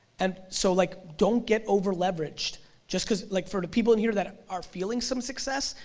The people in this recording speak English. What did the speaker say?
and so like don't get over leveraged just because like for the people in here that ah are feeling some success,